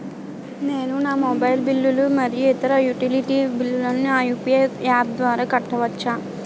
నేను నా మొబైల్ బిల్లులు మరియు ఇతర యుటిలిటీ బిల్లులను నా యు.పి.ఐ యాప్ ద్వారా కట్టవచ్చు